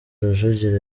rujugiro